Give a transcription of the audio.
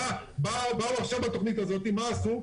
באו עכשיו בתוכנית הזאת ומה עשו?